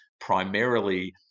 primarily